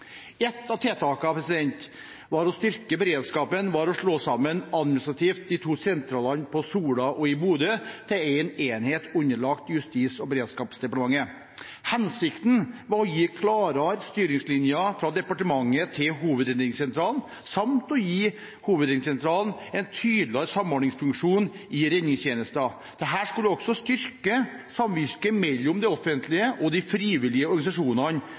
Ett av tiltakene for å styrke beredskapen var å slå sammen administrativt de to sentralene på Sola og i Bodø til én enhet underlagt Justis- og beredskapsdepartementet. Hensikten var å gi klarere styringslinjer fra departementet til Hovedredningssentralen samt å gi Hovedredningssentralen en tydeligere samordningsfunksjon i redningstjenesten. Dette skulle også styrke samvirket mellom det offentlige og de frivillige organisasjonene